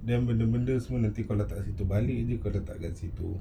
then benda-benda semua nanti kalau letak situ balik jer kalau letak kat situ